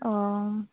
ᱚᱻ